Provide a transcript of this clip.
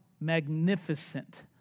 magnificent